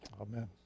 amen